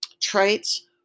traits